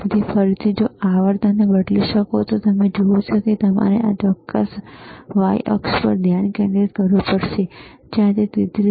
તેથી ફરીથી જો તમે આવર્તન બદલી શકો છો તો તમે જુઓ છો કે તમારે આ ચોક્કસ y અક્ષ પર ધ્યાન કેન્દ્રિત કરવું પડશે જ્યાં તે 33